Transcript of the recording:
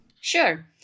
Sure